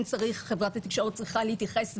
וחברת התקשורת צריכה להתייחס ולהסביר.